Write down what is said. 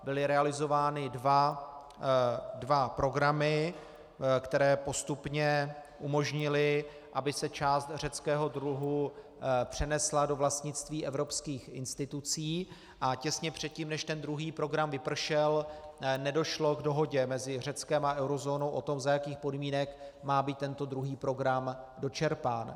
Byly realizovány dva programy, které postupně umožnily, aby se část řeckého dluhu přenesla do vlastnictví evropských institucí, a těsně předtím, než ten druhý program vypršel, nedošlo k dohodě mezi Řeckem a eurozónou o tom, za jakých podmínek má být tento druhý program dočerpán.